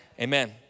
amen